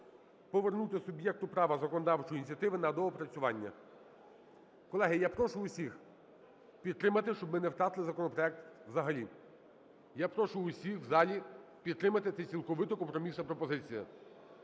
повернути суб'єкту права законодавчої ініціативи на доопрацювання. Колеги, я прошу всіх підтримати, щоб ми не втратили законопроект взагалі. Я прошу всіх в залі підтримати, це цілковито компромісна пропозиція.